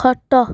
ଖଟ